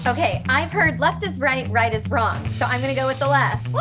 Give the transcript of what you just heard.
okay, i've heard, left is right, right is wrong. so, i'm gonna go with the left.